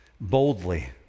boldly